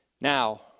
Now